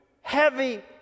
heavy